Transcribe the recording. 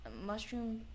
mushroom